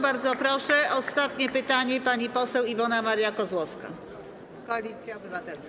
Bardzo proszę, ostatnie pytanie, pani poseł Iwona Maria Kozłowska, Koalicja Obywatelska.